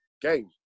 game